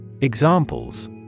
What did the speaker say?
Examples